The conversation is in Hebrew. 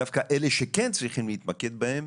דווקא אלה שכן צריך להתמקד בהם